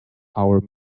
our